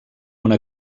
una